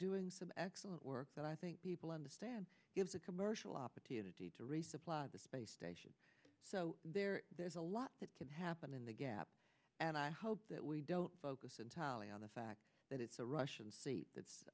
doing some excellent work that i think people understand it's a commercial opportunity to resupply the space station so there's a lot that can happen in the gap and i hope that we don't focus entirely on the fact that it's a russian fleet that's